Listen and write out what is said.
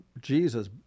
Jesus